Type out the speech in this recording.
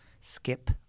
skip